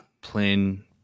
plain